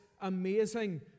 amazing